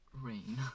rain